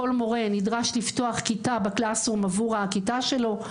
כל מורה נדרש לפתוח כיתה ב- Classes roomעבור הכיתה שלו,